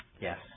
Yes